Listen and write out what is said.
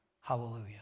Hallelujah